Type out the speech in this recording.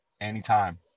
anytime